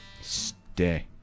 Stay